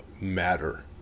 matter